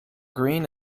green